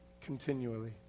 continually